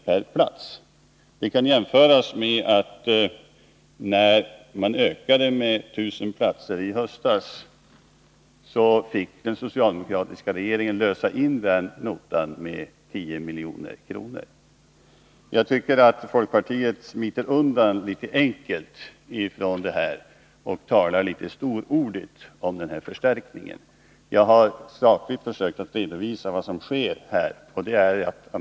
per plats. Det kan jämföras med att när man i höstas ökade antalet platser med 1000 fick den socialdemokratiska regeringen lösa in en nota på 10 milj.kr. Jag tycker att folkpartiet smiter undan litet enkelt och talar storordigt om förstärkningen. Jag har sakligt försökt redovisa vad som sker.